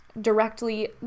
directly